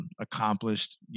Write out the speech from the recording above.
accomplished